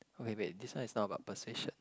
okay wait this one is not about persuasion